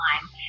time